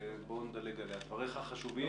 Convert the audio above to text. דבריך חשובים.